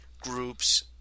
groups